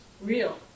real